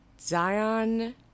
Zion